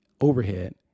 overhead